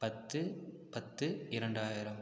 பத்து பத்து இரண்டாயிரம்